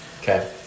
Okay